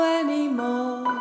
anymore